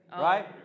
Right